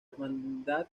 hermandad